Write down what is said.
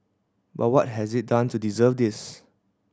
but what has it done to deserve this